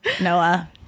Noah